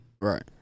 right